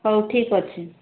ହେଉ ଠିକ ଅଛି